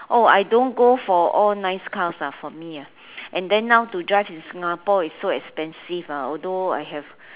oh I don't go for all nice cars ah for me ah and then now to drive in Singapore is so expensive ah although I have